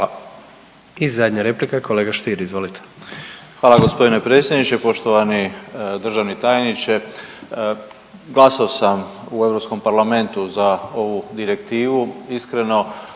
I zadnja replika, kolega Stier, izvolite. **Stier, Davor Ivo (HDZ)** Hvala gospodine predsjedniče. Poštovani državni tajniče glasao sam u Europskom parlamentu za ovu direktivu.